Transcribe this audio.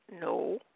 No